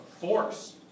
force